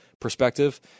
perspective